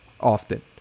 often